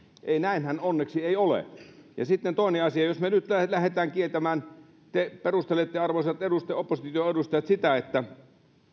ei onneksi ole sitten yksi asia jos me nyt lähdemme kieltämään te perustelette arvoisat opposition edustajat sitä